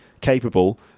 capable